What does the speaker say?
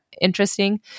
interesting